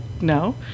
No